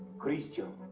christian.